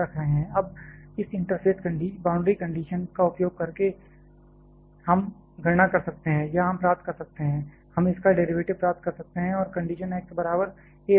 अब इस interface boundary condition का उपयोग करके हम गणना कर सकते हैं या हम प्राप्त कर सकते हैं हम इसका डेरिवेटिव प्राप्त कर सकते हैं और कंडीशन x बराबर a रख सकते हैं